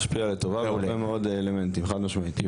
היא תשפיע לטובה בהרבה מאוד אלמנטים, חד משמעית.